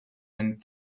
and